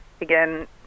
again